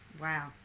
Wow